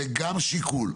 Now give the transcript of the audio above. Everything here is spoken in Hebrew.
זה גם שיקול.